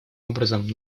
образом